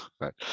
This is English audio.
right